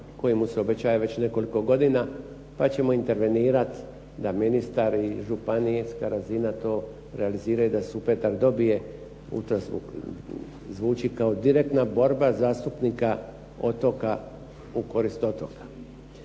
koji mu se obećaje već nekoliko godina pa ćemo intervenirati da ministar i županijska razina to realiziraju da Supetar dobije ultrazvuk. Zvuči kao direktna borba zastupnika otoka u korist otoka.